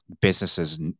businesses